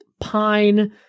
pine